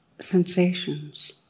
sensations